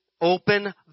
open